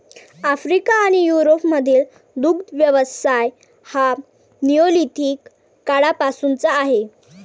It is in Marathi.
आफ्रिका आणि युरोपमधील दुग्ध व्यवसाय हा निओलिथिक काळापासूनचा आहे